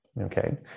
Okay